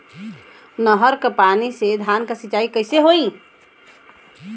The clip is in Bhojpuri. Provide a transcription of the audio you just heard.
नहर क पानी से धान क सिंचाई कईसे होई?